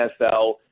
NFL